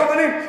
על כל פנים,